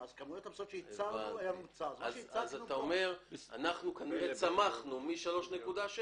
כמויות הפסולת שייצרנו -- אתה אומר שצמחנו מ-3.6.